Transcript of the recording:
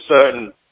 certain